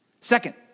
Second